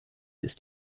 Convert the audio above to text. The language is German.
ist